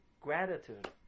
gratitude